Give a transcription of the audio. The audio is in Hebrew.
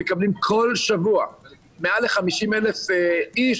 אנחנו מקבלים כל שבוע מעל ל-50,000 איש,